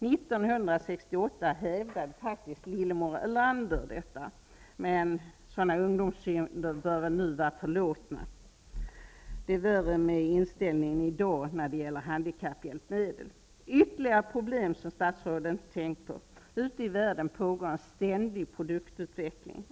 1968 hävdade Lillemor Erlander detta. Men sådana ungdomssynder bör väl nu vara förlåtna. Det är värre med inställningen i dag när det gäller handikapphjälpmedel. Jag vill ta upp ytterligare några problem som statsrådet inte har tänkt på. Ute i världen pågår en ständig produktutveckling.